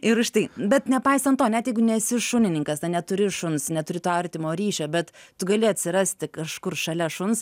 ir už tai bet nepaisant to net jeigu nesi šunininkas ar neturi šuns neturi to artimo ryšio bet tu gali atsirasti kažkur šalia šuns